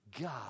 God